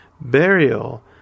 burial